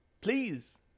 Please